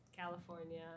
California